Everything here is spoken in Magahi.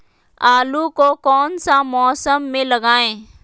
आलू को कौन सा मौसम में लगाए?